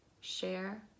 share